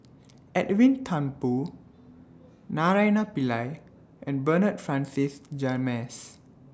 Edwin Thumboo Naraina Pillai and Bernard Francis James